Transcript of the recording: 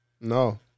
No